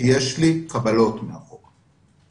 אלא כי יש לי קבלות מאחורי זה.